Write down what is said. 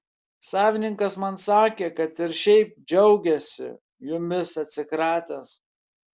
savininkas man sakė kad ir šiaip džiaugiasi jumis atsikratęs